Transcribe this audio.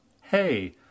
hey